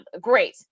great